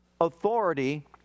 authority